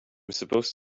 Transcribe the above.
supposed